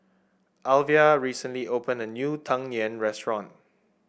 Alvia recently opened a new Tang Yuen restaurant